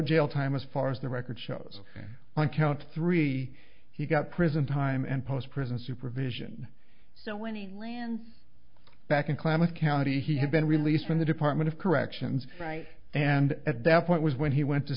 jail time as far as the record shows on count three he got prison time and post prison supervision so when he lands back in klamath county he had been released from the department of corrections right and at that point was when he went to